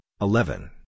eleven